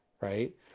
right